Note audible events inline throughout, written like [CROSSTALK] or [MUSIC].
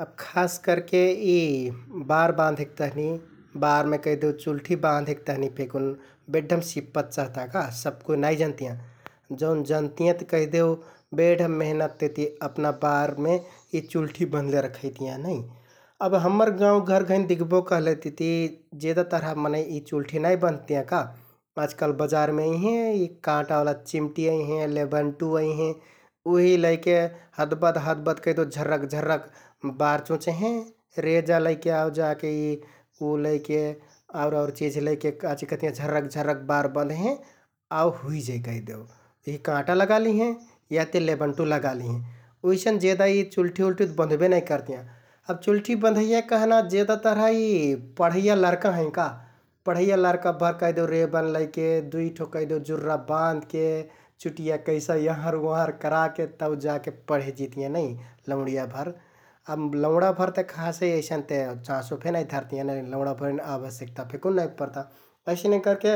अब खास करके यि बार बाँधेक तहनि, बारमे कैहदेउ चुल्ठि बाँधेक तहनि फेकुन बेड्‍ढम सिप्पत चहता का, सबकुइ नाइ जन्तियाँ । जौन जनतियँत कहिदेउ बेढम मेहनत तिति अपना बारमे यि चुल्ठि बँध्ले रखैतियाँ नै । अब हम्मर गाउँघर घैंइन दिख्बो कहलेतिति जेदा तरह मनैं यि चुल्ठि नाइ बँधतियाँ का । आजकाल बजारमे अइहें यि काँटावाला चिम्टि अइहें, लेबन्टु अइहें । उहि लैके हदबद हदबद कैहदेउ झर्‌ररक झर्‌रक बार चुँच्हें, रेजा लैके आउ जाके यि उ लैके आउर आउर चिझ लैके काचिकहतियाँ झर्‌रक झर्‌रक बार बँध्हें आउ हुइजाइ कैहदेउ । यिहि काँटा लगालिहें याते लेबन्टु लगालिहें । उइसन जेदा यि चुल्ठिउल्ठि ते बँध्बे नाइ करतियाँ । अब चुल्ठि बँधैया कहना अब जेदा तरह यि पढैया लरका हैं का । पढैया लरकाभर कैहदेउ रेबन लैके, दुइ ठो कैहदेउ जुर्रा बाँध्के चुटिया कैसा उहँर उहँर कराके तौ जाके पढे जितियाँ नै लौंडियाभर । अब लौंडाभर ते खासै अइसन ते चाँसो फे नाइ धरतियाँ, [HESITATION] लौंडाभरिन आवश्यकता फेकुन नाइ परता । अइसने करके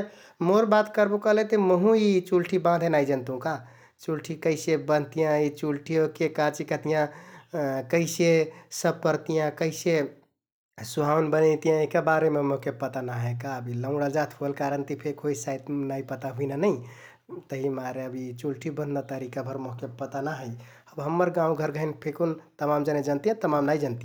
मोर बात करबो कहलेते महुँ यि चुल्ठि बाँधे नाइ जन्तुँ का । चुल्ठि कैसे बँधतियाँ, यि चुल्ठि ओहके काचिकहतियाँ [HESITATION] कैसे सपरतियाँ, कैसे [HESITATION] सोहाउन बनैतियाँ यहका बारेमे मोहके पता नाइ हे का । अब यि लौंडा जात होइल कारण ति फेक होइ सायत नाइ पता हुइना नै तहिमारे अब यि चुल्ठि बँध्‍ना तरिकाभर मोहके पता ना है । हम्मर गाउँघर घैंन फेकुन तमान जने जनतियाँ, तमान नाइ जन [UNINTELLIGIBLE]